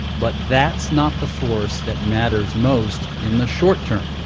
but that's not the force that matters most in the short term.